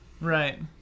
Right